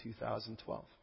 2012